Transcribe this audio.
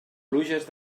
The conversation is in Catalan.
pluges